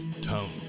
Tone